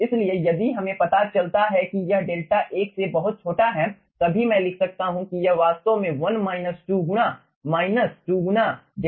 इसलिए यदि हमें पता चलता है कि यह डेल्टा 1 से बहुत छोटा है तभी मैं लिख सकता हूँ कि यह वास्तव में गुणा माइनस 2 गुना 𝛿 Dहै